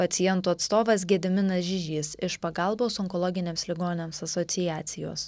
pacientų atstovas gediminas žižys iš pagalbos onkologiniams ligoniams asociacijos